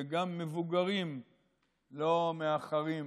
וגם מבוגרים לא מאחרים